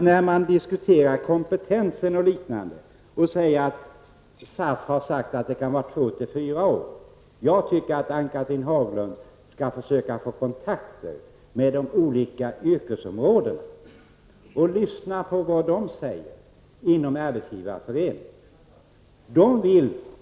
När man diskuterar kompetensen och säger att SAF har sagt att det kan gälla två till fyra år, tycker jag att Ann-Cathrine Haglund skall försöka få kontakt med de olika yrkesområdena och lyssna på vad som sägs inom arbetsgivareföreningen.